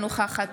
אינה נוכחת